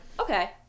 Okay